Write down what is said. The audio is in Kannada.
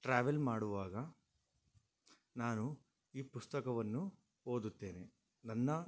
ಟ್ರ್ಯಾವೆಲ್ ಮಾಡುವಾಗ ನಾನು ಈ ಪುಸ್ತಕವನ್ನು ಓದುತ್ತೇನೆ ನನ್ನ